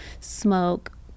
smoke